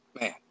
Man